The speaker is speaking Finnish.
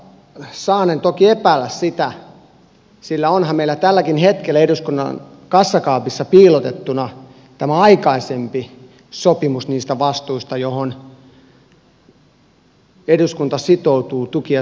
saanen toki epäillä sitä sillä onhan meillä tälläkin hetkellä eduskunnan kassakaapissa piilotettuna tämä aikaisempi sopimus niistä vastuista joihin eduskunta sitoutuu tukiessaan kreikkaa